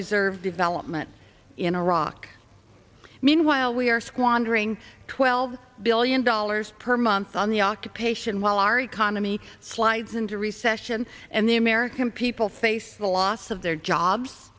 reserve development in iraq meanwhile we are squandering twelve billion dollars per month on the occupation while our economy slides into recession and the american people face the loss of their jobs